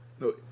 No